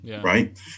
Right